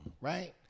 Right